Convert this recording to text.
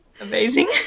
amazing